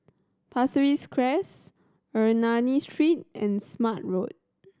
Pasir Ris Crest Ernani Street and Smart Road